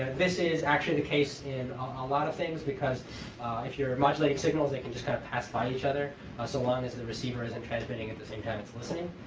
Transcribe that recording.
this is actually the case in a lot of things, because if you're modulating signals, they can just kind of pass by each other ah so long as the receiver isn't transmitting at the same time it's listening.